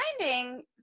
finding